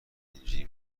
اینجوری